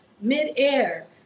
midair